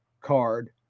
card